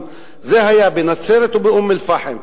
זה היה בנצרת ובאום-אל-פחם.